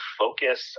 focus